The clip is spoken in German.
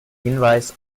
hinweis